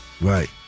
Right